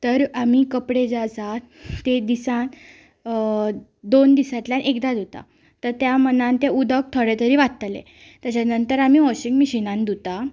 तर आमी कपडे जे आसा ते दिसान दोन दिसांतल्यान एकदा धुता तर त्या मानान तें उदक थोडें तरी वाचतलें तेच्या नंतर आमी वॉशींग मशिनान धुता